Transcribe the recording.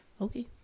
Okay